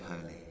holy